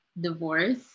divorce